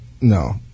no